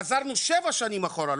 חזרנו שבע שנים אחורה,